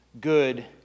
good